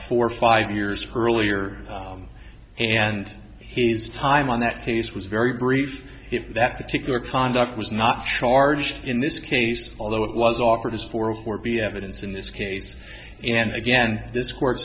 four or five years earlier and he's time on that case was very brief that particular conduct was not charged in this case although it was offered as forward be evidence in this case and again this court